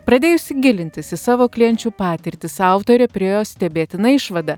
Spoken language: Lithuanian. pradėjusi gilintis į savo klienčių patirtis autorė priėjo stebėtiną išvadą